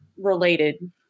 related